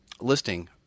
listing